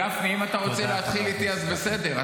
גפני, אם אתה רוצה להתחיל איתי, אז בסדר.